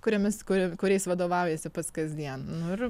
kuriomis kur kuriais vadovaujasi pats kasdien nu ir